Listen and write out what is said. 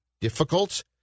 difficult